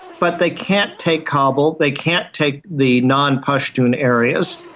but they can't take kabul, they can't take the non-pashtun areas,